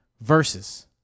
versus